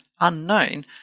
unknown